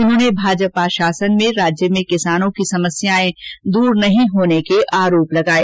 उन्होंने भाजपा शासन में राज्य में किसानों की समस्यायें दूर नहीं होने के भी आरोप लगाये